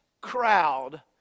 crowd